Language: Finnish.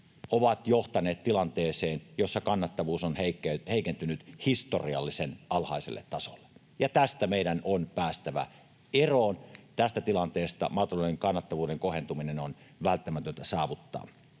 on johtanut tilanteeseen, jossa kannattavuus on heikentynyt historiallisen alhaiselle tasolle, ja tästä tilanteesta meidän on päästävä eroon. Maatalouden kannattavuuden kohentuminen on välttämätöntä saavuttaa.